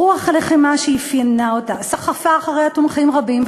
רוח הלחימה שאפיינה אותה סחפה אחריה תומכים רבים,